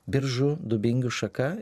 biržų dubingių šaka